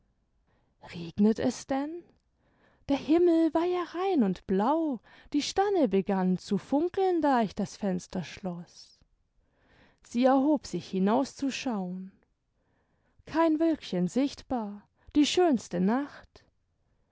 regnet es denn der himmel war ja rein und blau die sterne begannen zu funkeln da ich das fenster schloß sie erhob sich hinaus zu schauen kein wölkchen sichtbar die schönste nacht